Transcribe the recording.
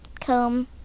comb